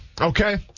Okay